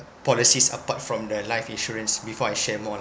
policies apart from the life insurance before I share more